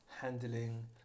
handling